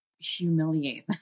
humiliate